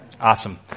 Awesome